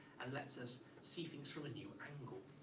and lets us see things from a new angle.